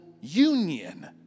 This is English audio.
union